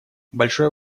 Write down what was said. большое